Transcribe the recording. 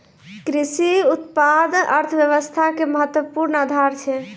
कृषि उत्पाद अर्थव्यवस्था के महत्वपूर्ण आधार छै